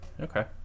Okay